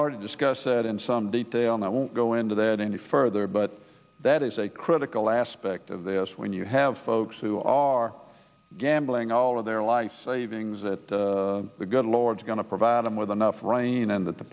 already discussed said in some detail and i won't go into that any further but that is a critical aspect of this when you have folks who are gambling all of their life savings that the good lord is going to provide them with enough rain and that the